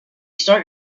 start